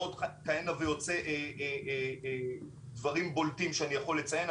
ועוד כהנה ועוד דברים בולטים שאני יכול לציין,